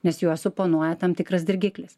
nes juos suponuoja tam tikras dirgiklis